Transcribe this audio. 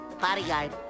Bodyguard